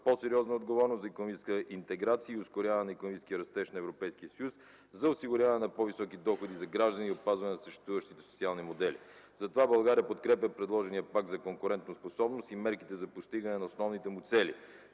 по-сериозна отговорност за икономическа интеграция и ускоряване на икономическия растеж на Европейския съюз за осигуряване на по-високи доходи за гражданите и опазване на съществуващите социални модели. Затова България подкрепя предложения Пакт за конкурентоспособност и мерките за постигане на основните му цели,